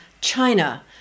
China